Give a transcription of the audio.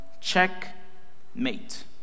checkmate